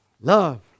love